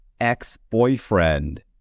ex-boyfriend